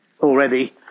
already